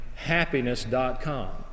happiness.com